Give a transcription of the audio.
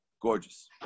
Gorgeous